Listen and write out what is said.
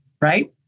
right